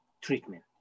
treatment